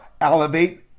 elevate